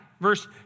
Verse